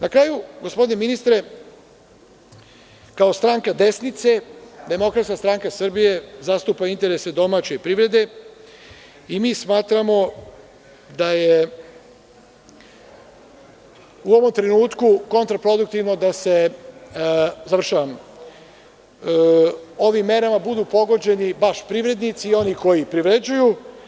Na kraju, gospodine ministre, kao stranka desnice, DSS zastupa interese domaće privrede, i mi smatramo da je u ovom trenutku kontraproduktivno da ovim merama budu pogođeni baš privrednici i oni koji privređuju.